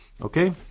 okay